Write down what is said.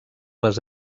les